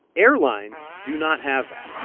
airlines do not have that,